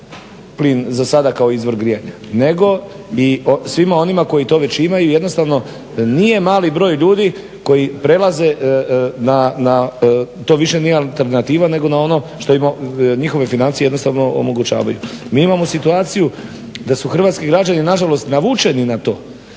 plin za sada kao izvor grijanja nego i svima onima koji to već imaju jednostavno nije mali broj ljudi koji prelaze na to više nije alternativa nego na ono što im njihove financije jednostavno omogućavaju. Mi imamo situaciju da su hrvatski građani nažalost navučeni na to